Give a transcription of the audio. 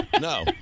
No